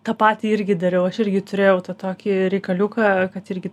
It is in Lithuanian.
tą patį irgi dariau aš irgi turėjau tą tokį reikaliuką kad irgi